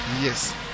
Yes